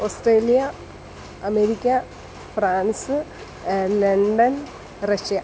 Australia America France London Russia